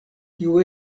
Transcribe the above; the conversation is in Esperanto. kiu